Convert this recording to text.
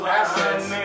assets